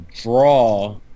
draw